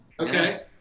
Okay